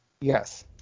Yes